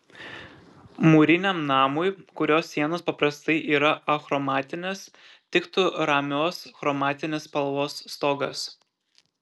mūriniam namui kurio sienos paprastai yra achromatinės tiktų ramios chromatinės spalvos stogas